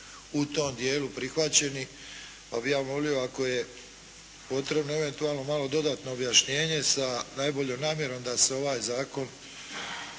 u tom dijelu prihvaćeni, pa bih ja molio ako je potrebno eventualno malo dodatno objašnjenje sa najboljom namjerom da se ovaj zakon